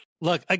Look